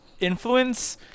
influence